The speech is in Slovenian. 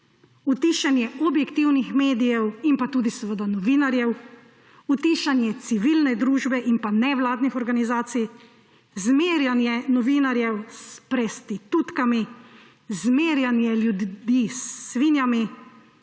utišanje objektivnih medijev in pa tudi seveda novinarjev, utišanje civilne družbe in nevladnih organizacij, zmerjanje novinarjev s prostitutkami, zmerjanje ljudi s svinjami,